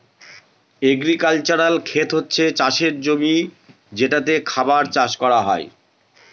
agricultural খেত হচ্ছে চাষের জমি যেটাতে খাবার চাষ করা হয়